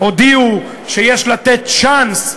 הודיעו שיש לתת צ'אנס,